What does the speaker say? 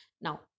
Now